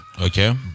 Okay